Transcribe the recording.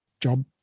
job